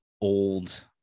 old